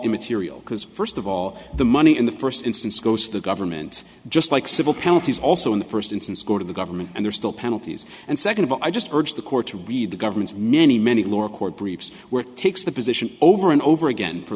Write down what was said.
immaterial because first of all the money in the first instance goes to the government just like civil penalties also in the first instance go to the government and they're still penalties and second of all i just urge the court to read the government's many many lower court briefs were takes the position over and over again for